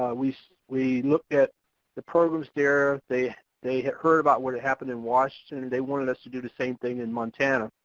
ah we we looked at the programs there. they they have heard about what happened in washington, and they wanted us to do the same thing in montana.